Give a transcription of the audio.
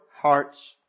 hearts